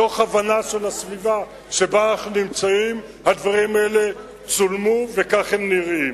מתוך הבנה של הסביבה שבה אנחנו נמצאים הדברים האלה צולמו וכך הם נראים.